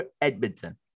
Edmonton